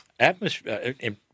atmosphere